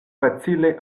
facile